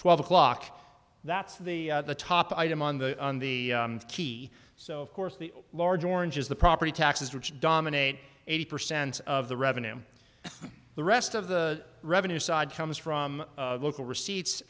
twelve o'clock that's the top item on the on the key so course the large orange is the property taxes which dominate eighty percent of the revenue the rest of the revenue side comes from local receipts